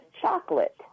chocolate